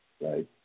right